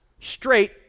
straight